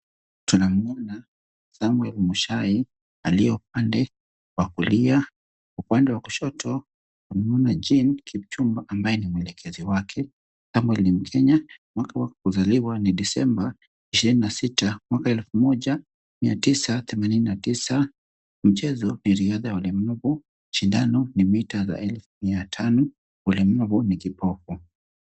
Tunamuona Samuel Muchai aliye upande wa kulia, upande wa kushoto tunamuona Jane Kipchumba ambaye ni mwelekezi wake. Samuel ni mkenya, mwaka wa kuzaliwa ni Desemba ishirini na sita mwaka wa elfu moja mia tisa themanini na tisa, mchezo ni riadha ya walemavu, shindano ni mita za elfu mia tano, ulemavu ni kipofu.